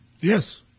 Yes